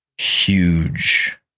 huge